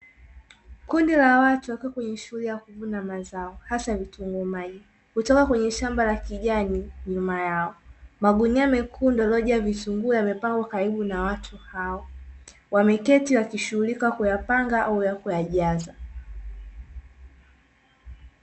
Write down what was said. Kundi la watu wakiwa kwenye shughuli ya kuvuna mazao hasa vitunguu maji kutoka kwenye shamba la kijani nyuma yao magunia mekundu roji. Yamepangwa karibu na watu hao wameketi wakishughulika kuyapanga au ya kuyajaza.